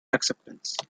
acceptance